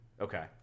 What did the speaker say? Okay